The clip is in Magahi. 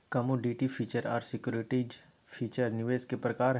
कमोडिटी फीचर आर सिक्योरिटी फीचर निवेश के प्रकार हय